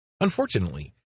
unfortunately